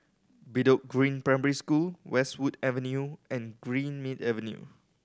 Bedok Green Primary School Westwood Avenue and Greenmead Avenue